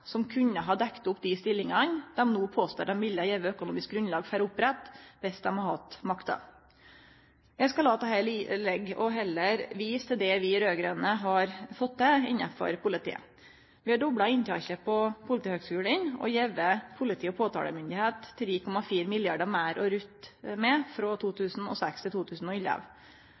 som kunne ha dekt opp dei stillingane dei no påstår dei ville ha gjeve økonomisk grunnlag for å opprette dersom dei hadde hatt makta. Eg skal la dette liggje og heller vise til det vi raud-grøne har fått til innanfor politiet. Vi har dobla inntaket på Politihøgskolen og gjeve politi- og påtalemakta 3,4 mrd. kr meir å rutte med frå 2006 til 2011.